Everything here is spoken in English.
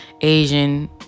asian